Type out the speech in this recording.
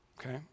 Okay